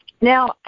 Now